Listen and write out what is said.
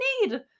need